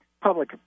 public